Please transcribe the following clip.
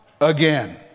again